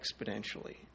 exponentially